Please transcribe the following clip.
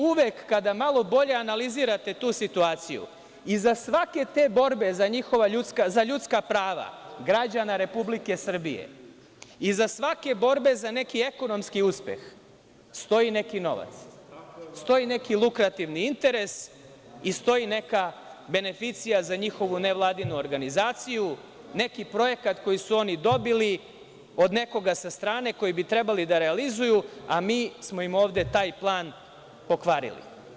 Uvek, kada malo bolje analizirate tu situaciju, iza svake te borbe za ljudska prava građana Republike Srbije, iza svake borbe za neki ekonomski uspeh stoji neki novac, stoji neki lukrativni interes i stoji neka beneficija za njihovu nevladinu organizaciju, neki projekat koji su oni dobili od nekoga sa strane koji bi trebalo da realizuju, a mi smo im ovde taj plan pokvarili.